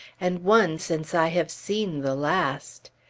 and one since i have seen the last.